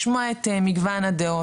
לשמוע את מגוון הדעות,